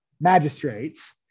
magistrates